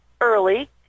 early